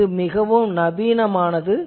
இது மிகவும் நவீனமானது